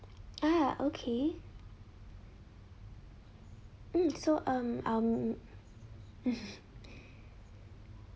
ah okay mm so um um